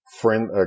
friend